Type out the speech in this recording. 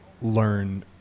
learn –